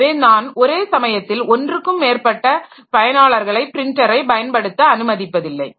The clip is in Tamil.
எனவே நான் ஒரே சமயத்தில் ஒன்றுக்கும் மேற்பட்ட பயனாளர்களை பிரின்டரை பயன்படுத்த அனுமதிப்பதில்லை